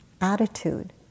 attitude